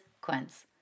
Quince